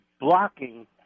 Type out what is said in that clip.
blocking